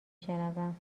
شنوم